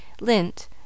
lint